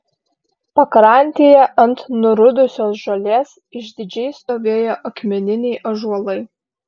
pakrantėje ant nurudusios žolės išdidžiai stovėjo akmeniniai ąžuolai